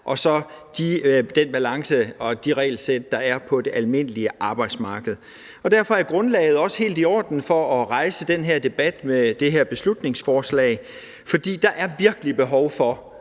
og så den balance og de regelsæt, der er på det almindelige arbejdsmarked. Derfor er grundlaget også helt i orden for at rejse den her debat med det her beslutningsforslag, for der er virkelig behov for,